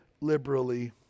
liberally